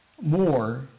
more